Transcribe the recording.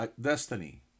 destiny